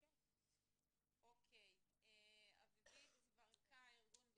אוקי, אביבית ברקאי, ארגון בזכות,